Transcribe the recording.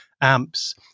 amps